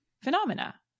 phenomena